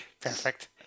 Perfect